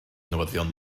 newyddion